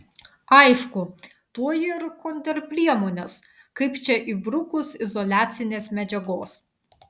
aišku tuoj ir kontrpriemonės kaip čia įbrukus izoliacinės medžiagos